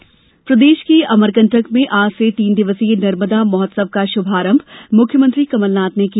नर्मदा महोत्सव प्रदेश के अमरकंटक में आज से तीन दिवसीय नर्मदा महोत्सव का श्भारम्भ मुख्यमंत्री कमलनाथ ने किया